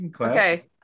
okay